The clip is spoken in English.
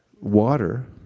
water